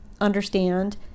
understand